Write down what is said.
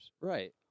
Right